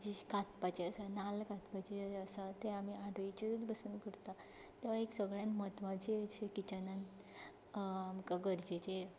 कांतपाचें आसा नाल्ल कांतपाचें आसा तें आमी आदोळीचेरूच बसून करता तो एक सगल्यान म्हत्वाची अशी किचनांत आमकां गरजेचें